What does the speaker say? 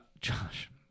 Josh